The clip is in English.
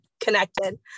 connected